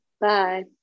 Bye